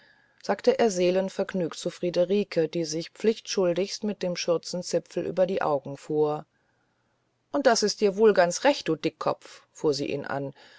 sagte er seelenvergnügt zu friederike die sich pflichtschuldigst mit dem schürzenzipfel über die augen fuhr und das ist dir wohl ganz recht du dickkopf fuhr sie ihn an